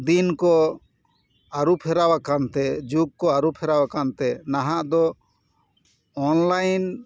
ᱫᱤᱱ ᱠᱚ ᱟᱹᱨᱩ ᱯᱷᱮᱨᱟᱣ ᱟᱠᱟᱱ ᱛᱮ ᱡᱩᱜᱽ ᱠᱚ ᱟᱹᱨᱩ ᱯᱷᱮᱨᱟᱣ ᱟᱠᱟᱱ ᱛᱮ ᱱᱟᱦᱟᱜ ᱫᱚ ᱚᱱᱞᱟᱭᱤᱱ